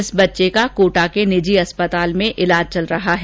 इस बच्चे का कोटा के निजी अस्पताल में इलाज चल रहा है